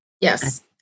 Yes